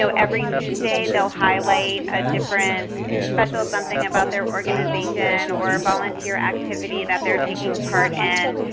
so every tuesday they'll highlight a different special something about their organization or a volunteer activity that they're taking part in,